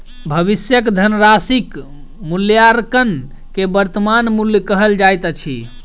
भविष्यक धनराशिक मूल्याङकन के वर्त्तमान मूल्य कहल जाइत अछि